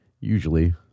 usually